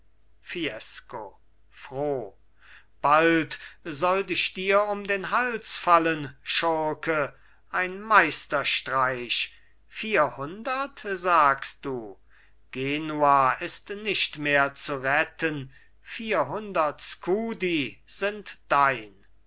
fiesco froh bald sollt ich dir um den hals fallen schurke ein meisterstreich vierhundert sagst du genua ist nicht mehr zu retten vierhundert skudi sind dein